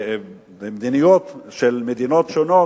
ובמדיניות של מדינות שונות,